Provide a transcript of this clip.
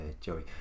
Joey